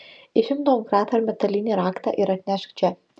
išimk domkratą ir metalinį raktą ir atnešk čia